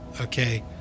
okay